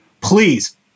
Please